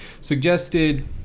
suggested